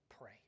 pray